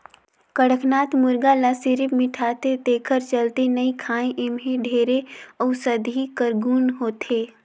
कड़कनाथ मुरगा ल सिरिफ मिठाथे तेखर चलते नइ खाएं एम्हे ढेरे अउसधी कर गुन होथे